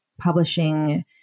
publishing